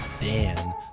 Dan